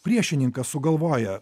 priešininkas sugalvoja